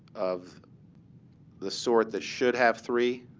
of the sort that should have three,